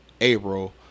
April